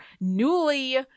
newly